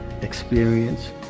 experience